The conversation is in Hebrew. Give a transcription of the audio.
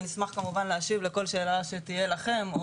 ואני אשמח כמובן להשיב לכל שאלה שתהיה לכם,